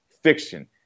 fiction